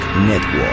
network